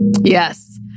Yes